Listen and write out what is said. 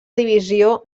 divisió